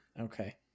okay